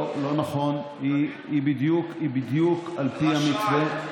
לא נכון, היא בדיוק על פי המתווה.